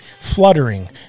fluttering